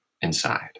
inside